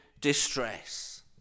distress